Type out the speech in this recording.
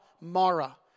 Mara